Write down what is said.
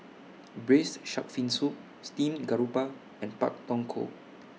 Braised Shark Fin Soup Steamed Garoupa and Pak Thong Ko